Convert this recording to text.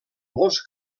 molts